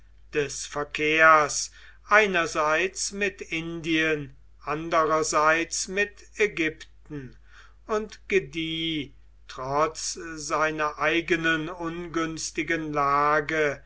des verkehrs einerseits mit indien andererseits mit ägypten und gedieh trotz seiner eigenen ungünstigen lage